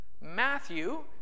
Matthew